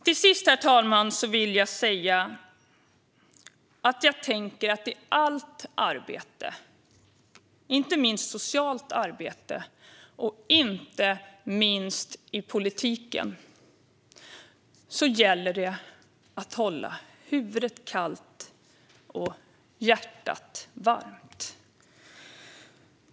Till sist, herr talman, vill jag säga att det i allt arbete, inte minst socialt arbete och inte minst i politiken, gäller det att hålla huvudet kallt och hjärtat varmt.